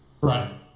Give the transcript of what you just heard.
Right